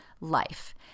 life